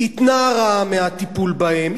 התנערה מהטיפול בהם,